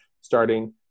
starting